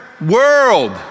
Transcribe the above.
world